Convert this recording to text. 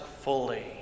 fully